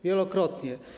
Wielokrotnie.